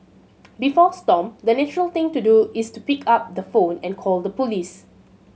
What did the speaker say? before Stomp the natural thing to do is to pick up the phone and call the police